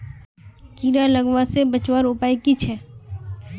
कीड़ा लगवा से बचवार उपाय की छे?